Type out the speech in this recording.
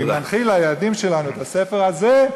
ואם ננחיל לילדים שלנו את הספר הזה,